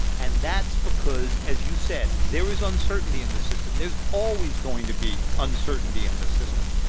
and that's because, as you said, there is uncertainty in the system. there's always going to be uncertainty in this system.